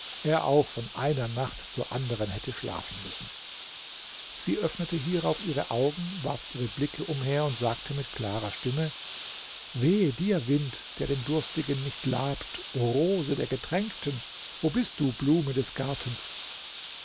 er auch von einer nacht zur anderen hätte schlafen müssen sie öffnete hierauf ihre augen warf ihre blicke umher und sagte mit klarer stimme wehe dir wind der den durstigen nicht labt o rose der getränkten wo bist du blume des gartens